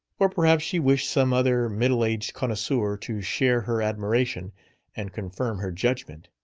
or perhaps she wished some other middle-aged connoisseur to share her admiration and confirm her judgment.